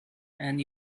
and